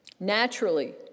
Naturally